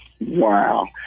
Wow